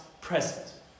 present